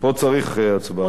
פה צריך הצבעה.